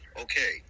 Okay